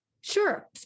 Sure